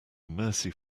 mercy